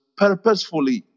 purposefully